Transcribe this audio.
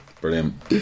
Brilliant